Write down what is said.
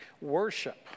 Worship